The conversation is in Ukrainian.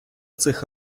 цих